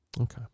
Okay